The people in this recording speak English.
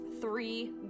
three